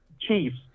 Chiefs